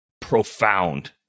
Profound